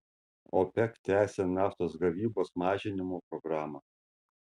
opec tęsia naftos gavybos mažinimo programą